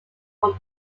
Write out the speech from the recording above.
from